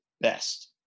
best